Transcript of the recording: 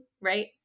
right